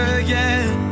again